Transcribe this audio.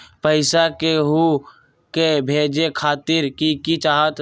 पैसा के हु के भेजे खातीर की की चाहत?